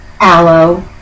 aloe